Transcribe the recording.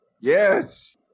Yes